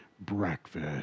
Breakfast